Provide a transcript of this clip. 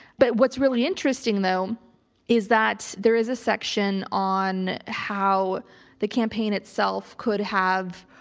but what's really interesting though um is that there is a section on how the campaign itself could have,